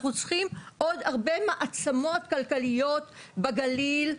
אנחנו צריכים עוד הרבה מעצמות כלכליות בגליל,